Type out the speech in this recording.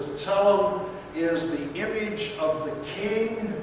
so is the image of the king,